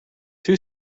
two